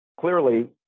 clearly